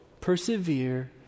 persevere